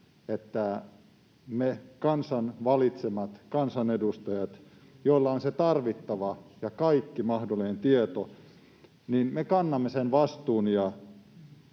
että me kansan valitsemat kansanedustajat, joilla on se tarvittava ja kaikki mahdollinen tieto, kannamme sen vastuun